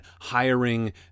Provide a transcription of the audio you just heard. hiring